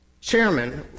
chairman